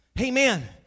Amen